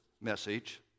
message